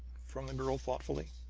from the girl thoughtfully.